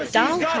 ah donald um